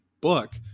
book